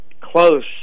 close